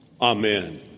Amen